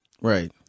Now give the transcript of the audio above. right